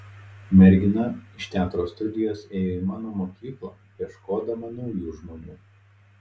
mergina iš teatro studijos ėjo į mano mokyklą ieškodama naujų žmonių